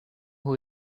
who